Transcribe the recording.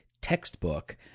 textbook